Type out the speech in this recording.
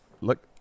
look